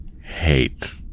hate